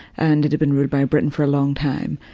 and it had been ruled by britain for a long time.